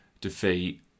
defeat